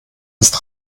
ist